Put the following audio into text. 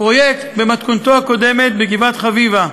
הפרויקט במתכונתו הקודמת בגבעת-חביבה,